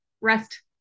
rest